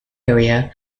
area